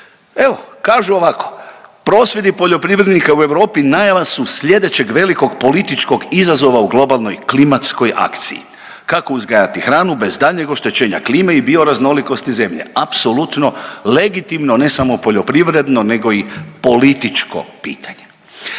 Evo kažu ovako, prosvjedi poljoprivrednika u Europi najava su slijedećeg velikog političkog izazova u globalnog klimatskoj akciji, kako uzgajati hranu bez daljnjeg oštećenja klime i bioraznolikosti zemlje? Apsolutno legitimno, ne samo poljoprivredno nego i političko pitanje.